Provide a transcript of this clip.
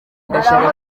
ndashaka